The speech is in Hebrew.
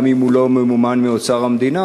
גם אם הוא לא ממומן מאוצר המדינה,